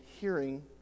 hearing